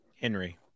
Henry